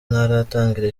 ntaratangira